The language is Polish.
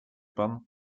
pan